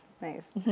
Nice